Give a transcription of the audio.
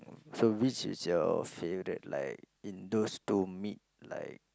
so which is your favourite like in those two meat like